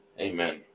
Amen